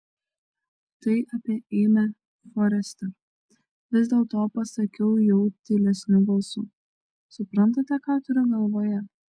tai apie ėmę forester vis dėlto pasakau jau tylesniu balsu suprantate ką turiu galvoje